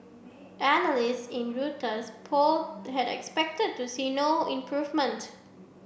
analysts in Reuters poll had expected to see no improvement